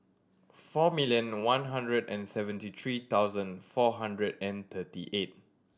four million one hundred and seventy three thousand four hundred and thirty eight